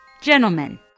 Gentlemen